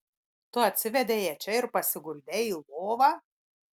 tu atsivedei ją čia ir pasiguldei į lovą